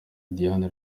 diane